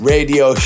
Radio